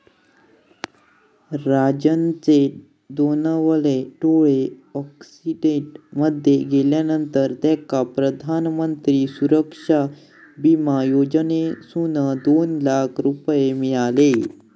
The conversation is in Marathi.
राजनचे दोनवले डोळे अॅक्सिडेंट मध्ये गेल्यावर तेका प्रधानमंत्री सुरक्षा बिमा योजनेसून दोन लाख रुपये मिळाले